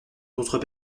d’autres